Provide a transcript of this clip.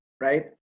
right